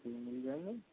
जी मिल जाएंगे